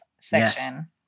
section